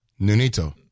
Nunito